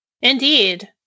Indeed